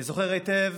אני זוכר היטב